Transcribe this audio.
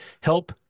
help